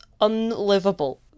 unlivable